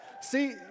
See